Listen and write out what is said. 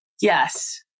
Yes